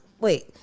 wait